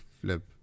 flip